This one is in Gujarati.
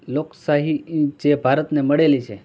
લોકશાહી જે ભારતને મળેલી છે